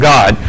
God